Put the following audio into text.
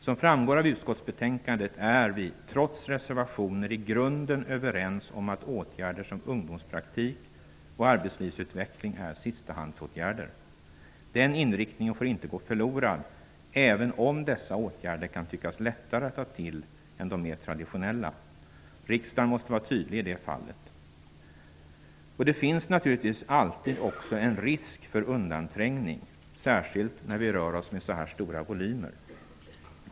Som framgår av utskottsbetänkandet är vi, trots reservationer, i grunden överens om att åtgärder som ungdomspraktik och arbetslivsutveckling är sistahandsåtgärder. Den inriktningen får inte gå förlorad, även om dessa åtgärder kan tyckas lättare att ta till än de mer traditionella. Riksdagen måste vara tydlig i det fallet. Det finns naturligtvis alltid också en risk för undanträngning, särskilt när vi rör oss med så här stora volymer.